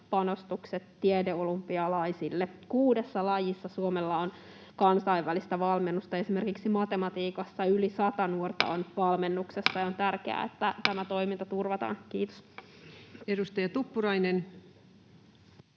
panostukset tiedeolympialaisille. Kuudessa lajissa Suomella on kansainvälistä valmennusta. Esimerkiksi matematiikassa yli sata nuorta on valmennuksessa, ja on tärkeää, että tämä toiminta turvataan.— Kiitos. [Speech